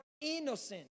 innocent